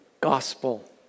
gospel